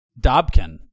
Dobkin